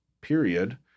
period